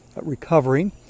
recovering